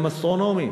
הם אסטרונומיים,